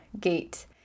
gate